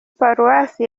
paruwasi